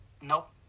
Nope